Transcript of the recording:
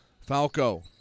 Falco